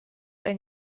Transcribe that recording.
ein